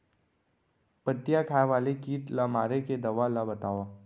पत्तियां खाए वाले किट ला मारे के दवा ला बतावव?